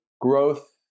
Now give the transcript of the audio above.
growth